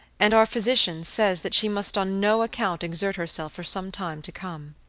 and our physician says that she must on no account exert herself for some time to come.